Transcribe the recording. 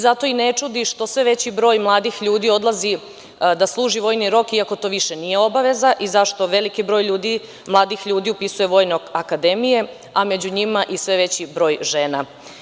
Zato i ne čudi što sve veći broj mladih ljudi odlazi da služi vojni rok iako to više nije obaveza i zašto veliki broj mladih ljudi upisuje vojne akademije,a među njima i sve veći broj žena.